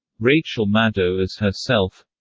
rachel maddow as herself